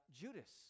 Judas